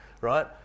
right